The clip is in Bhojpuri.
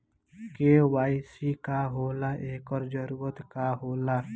के.वाइ.सी का होला एकर जरूरत का होला?